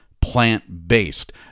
plant-based